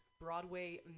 Broadway